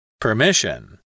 Permission